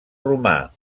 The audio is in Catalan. romà